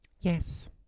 Yes